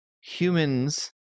humans